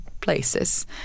places